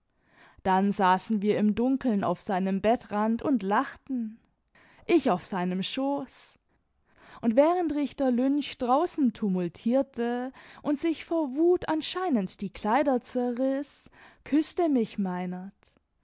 dann saßen wir im dunkeln auf seinem bettrand und lachten ich auf seinem schoß und während richter lynch draußen tumultierte imd sich vor wut anscheinend die kleider zerriß küßte mich meinert